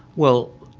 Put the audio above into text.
well,